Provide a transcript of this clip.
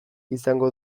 izango